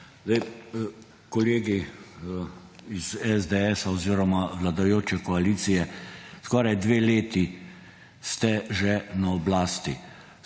Kolegi iz SDS oziroma vladajoče koalicije, skoraj dve leti ste že na oblasti.